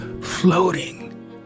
floating